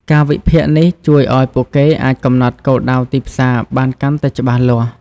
ការវិភាគនេះជួយឱ្យពួកគេអាចកំណត់គោលដៅទីផ្សារបានកាន់តែច្បាស់លាស់។